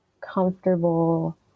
comfortable